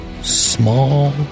small